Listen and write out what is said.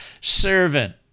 servant